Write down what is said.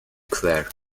claire